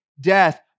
death